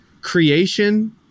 creation